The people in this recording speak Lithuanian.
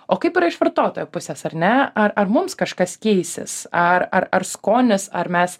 o kaip yra iš vartotojo pusės ar ne ar ar mums kažkas keisis ar ar ar skonis ar mes